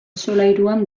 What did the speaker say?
solairuan